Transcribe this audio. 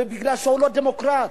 ומכיוון שהוא לא דמוקרט?